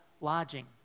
lodging